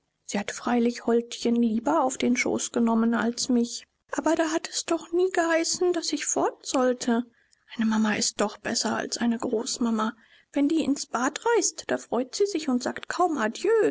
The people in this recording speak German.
sie hat freilich holdchen lieber auf den schoß genommen als mich aber da hat es doch nie geheißen daß ich fort sollte eine mama ist doch besser als eine großmama wenn die ins bad reist da freut sie sich und sagt kaum